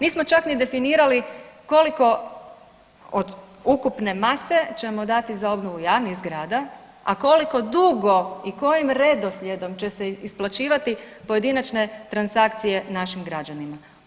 Nismo čak ni definirali koliko od ukupne mase ćemo dati za obnovu javnih zgrada, a koliko dugo i kojim redoslijedom će se isplaćivati pojedinačne transakcije našim građanima.